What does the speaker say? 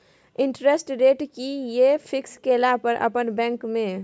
Interest rate कि ये fix केला पर अपन बैंक में?